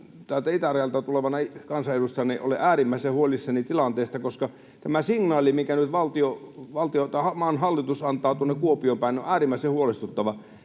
että itärajalta tulevana kansanedustajana olen äärimmäisen huolissani tilanteesta, koska tämä signaali, minkä nyt valtio tai maan hallitus antaa tuonne Kuopioon päin, on äärimmäisen huolestuttava.